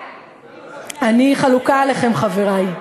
ודאי, אני חולקת עליכם, חברי.